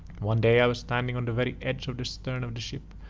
one day i was standing on the very edge of the stern of the ship,